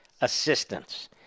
assistance